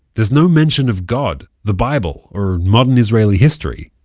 there's no mention of god, the bible, or modern israeli history.